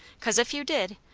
cos, if you did,